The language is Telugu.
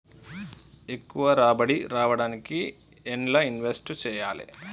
ఎక్కువ రాబడి రావడానికి ఎండ్ల ఇన్వెస్ట్ చేయాలే?